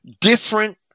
different